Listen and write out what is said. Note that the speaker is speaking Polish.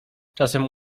czasem